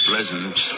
pleasant